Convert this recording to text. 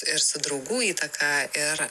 ir su draugų įtaka ir